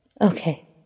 Okay